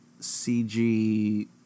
CG